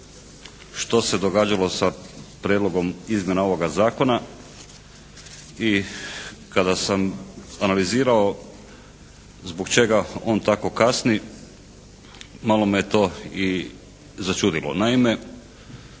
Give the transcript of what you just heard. što se događalo sa prijedlogom izmjena ovoga zakona i kada sam analizirao zbog čega on tako kasni malo me je to i začudilo. Naime,